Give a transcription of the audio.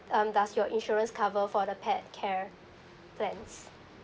um does your insurance cover for the pet care plans